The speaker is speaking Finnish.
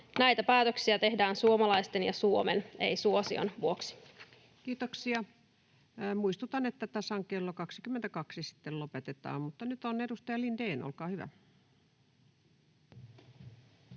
Näitä päätöksiä tehdään suomalaisten ja Suomen, ei suosion vuoksi. Kiitoksia. — Muistutan, että tasan kello 22 sitten lopetetaan. — Mutta nyt on edustaja Lindén. Olkaa hyvä.